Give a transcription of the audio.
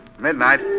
Midnight